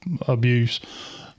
abuse